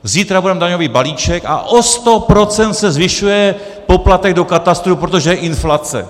Zítra budeme mít daňový balíček a o 100 % se zvyšuje poplatek do katastru, protože je inflace.